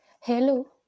Hello